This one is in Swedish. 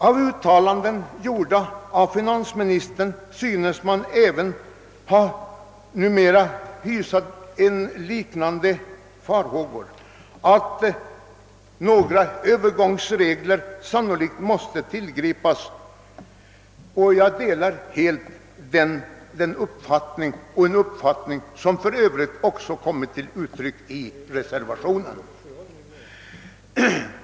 Av uttalanden gjorda av finansministern synes även han numera hysa liknande farhågor, nämligen att några övergångsregler sannolikt måste tillgripas, och jag delar helt denna uppfattning, som för övrigt kommit till uttryck i reservationen.